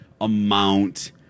amount